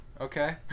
okay